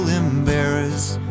embarrassed